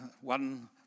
one